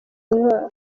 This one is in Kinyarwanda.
intwaro